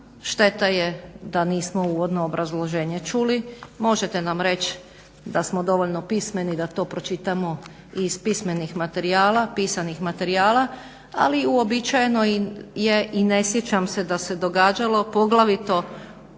Šteta da je nismo uvodno obrazloženje čuli. Možete nam reći da smo dovoljno pismeni da to pročitamo iz pisanih materijala, ali uobičajeno je i ne sjećam se da se događalo poglavito